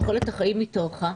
תוחלת החיים התארכה.